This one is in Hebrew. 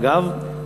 אגב,